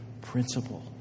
principle